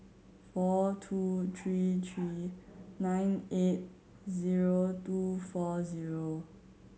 four two three three nine eight zero two four zero